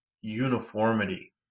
uniformity